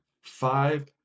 five